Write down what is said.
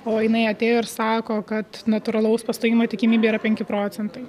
o jinai atėjo ir sako kad natūralaus pastojimo tikimybė yra penki procentai